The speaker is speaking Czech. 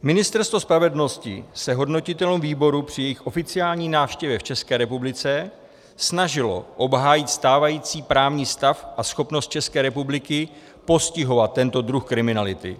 Ministerstvo spravedlnosti se hodnotitelům výboru při jejich oficiální návštěvě v České republice snažilo obhájit stávající právní stav a schopnost České republiky postihovat tento druh kriminality.